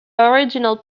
original